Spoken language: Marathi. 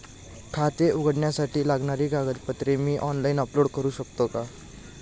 खाते उघडण्यासाठी लागणारी कागदपत्रे मी ऑनलाइन अपलोड करू शकतो का?